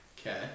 Okay